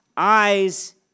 eyes